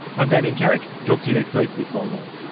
i'm damien carrick, talk to you next week with more law